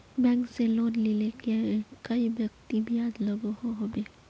Bank से loan लिले कई व्यक्ति ब्याज लागोहो होबे?